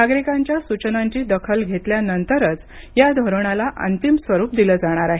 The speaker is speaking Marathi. नागरिकांच्या सूचनांची दखल घेतल्यानंतरच या धोरणाला अंतिम स्वरुप दिलं जाणार आहे